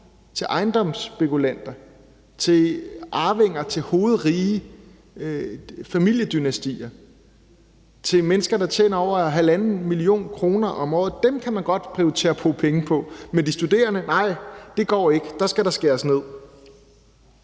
til ejendomsspekulanter, til arvinger, til hovedrige familiedynastier, til mennesker, der tjener over 1,5 mio. kr. om året. Dem kan man godt prioritere at bruge penge på, men de studerende – nej, det går ikke; der skal der skæres ned.